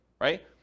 right